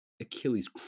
Achilles